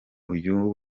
uyu